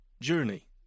journey